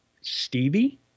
Stevie